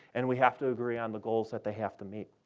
and we have to agree on the goals that they have to meet.